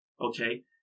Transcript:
Okay